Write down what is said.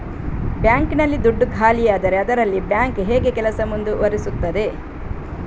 Bank ನಲ್ಲಿ ದುಡ್ಡು ಖಾಲಿಯಾದರೆ ಅದರಲ್ಲಿ ಬ್ಯಾಂಕ್ ಹೇಗೆ ಕೆಲಸ ಮುಂದುವರಿಸುತ್ತದೆ?